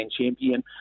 champion